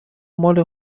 مال